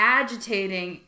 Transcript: agitating